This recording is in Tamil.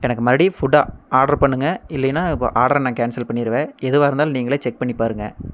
எனக்கு மறுபடியும் ஃபுட்டை ஆர்டர் பண்ணுங்கள் இல்லைனா இப்போ ஆடரை நான் கேன்சல் பண்ணிருவேன் எதுவாக இருந்தாலும் நீங்களே செக் பண்ணிப் பாருங்கள்